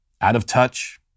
out-of-touch